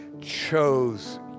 chose